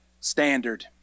standard